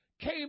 came